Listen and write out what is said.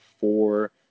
four